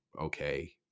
okay